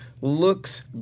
looks